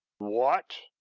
what?